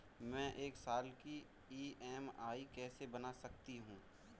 मैं एक साल की ई.एम.आई कैसे बना सकती हूँ?